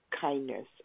kindness